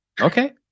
Okay